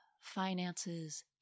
finances